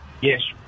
Yes